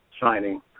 signing